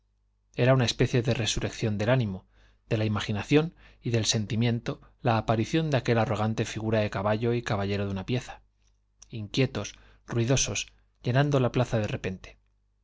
era una especie de resurrección del ánimo de la imaginación y del sentimiento la aparición de aquella arrogante figura de caballo y caballero en una pieza inquietos ruidosos llenando la plaza de repente